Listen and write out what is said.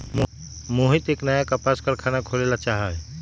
मोहित एक नया कपास कारख़ाना खोले ला चाहा हई